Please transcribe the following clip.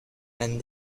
and